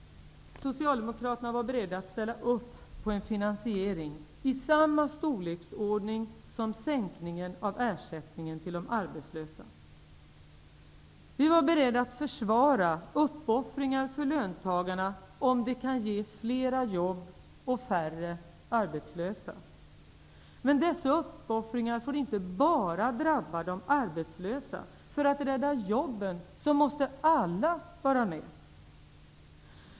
Socialdemokraterna var beredda att ställa upp på en finansiering i samma storleksordning som sänkningen av ersättningen till de arbetslösa. Vi var beredda att försvara uppoffringar för löntagarna, om detta kunde ge fler jobb och färre arbetslösa. Men dessa uppoffringar fick inte bara drabba de arbetslösa. För att rädda jobben måste alla vara med.